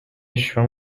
شوم